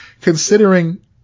considering